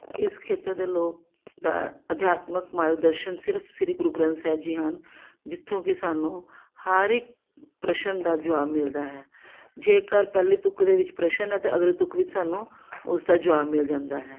ਇਸ ਖੇਤਰ ਦੇ ਲੋਕ ਅਧਾ ਅਧਿਆਤਮਿਕ ਮਾਰਗਦਰਸ਼ਨ ਸਿਰਫ ਸ਼੍ਰੀ ਗੁਰੂ ਗ੍ਰੰਥ ਸਾਹਿਬ ਜੀ ਹਨ ਜਿੱਥੋਂ ਕਿ ਸਾਨੂੰ ਹਰ ਇੱਕ ਪ੍ਰਸ਼ਨ ਦਾ ਜਵਾਬ ਮਿਲਦਾ ਹੈ ਜੇਕਰ ਪਹਿਲੀ ਤੁੱਕ ਦੇ ਵਿੱਚ ਪ੍ਰਸ਼ਨ ਹੈ ਤਾਂ ਅਗਲੀ ਤੁੱਕ ਵਿੱਚ ਸਾਨੂੰ ਉਸਦਾ ਜਵਾਬ ਮਿਲ ਜਾਂਦਾ ਹੈ